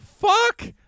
Fuck